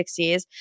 60s